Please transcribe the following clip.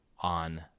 on